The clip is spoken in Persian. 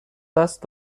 دست